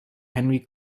henry